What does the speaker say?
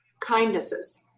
kindnesses